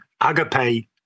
Agape